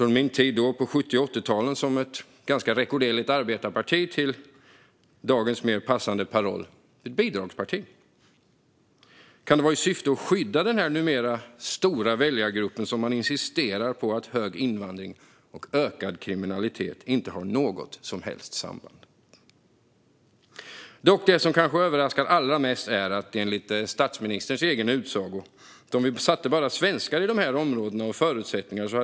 Under 70 och 80-talen var man ett ganska rekorderligt arbetarparti, och dagens beskrivning är - mer passande - att man är ett bidragsparti. Kan det vara i syfte att skydda denna numera stora väljargrupp som man insisterar på att hög invandring och ökad kriminalitet inte har något som helst samband? Det som kanske överraskar allra mest är dock att resultatet, enligt statsministerns egen utsago, hade varit exakt detsamma om vi satte enbart svenskar i dessa områden och förutsättningar.